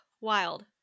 wild